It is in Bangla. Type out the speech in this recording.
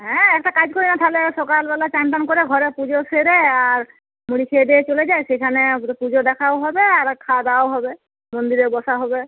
হ্যাঁ একটা কাজ করি না তাহলে সকালবেলা চান টান করে ঘরে পুজো সেরে আর মুড়ি খেয়েদেয়ে চলে যাই সেখানে পুজো দেখাও হবে আর খাওয়াদাওয়াও হবে মন্দিরে বসা হবে